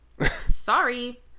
Sorry